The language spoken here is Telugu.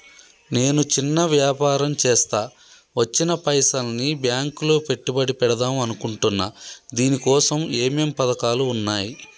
నేను చిన్న వ్యాపారం చేస్తా వచ్చిన పైసల్ని బ్యాంకులో పెట్టుబడి పెడదాం అనుకుంటున్నా దీనికోసం ఏమేం పథకాలు ఉన్నాయ్?